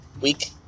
week